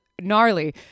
gnarly